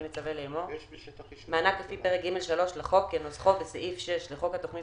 אני מצווה לאמור: 1.מענק לפי פרק ג'3 לחוק כנוסחו בסעיף 6 לחוק התכנית